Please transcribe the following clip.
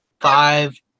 five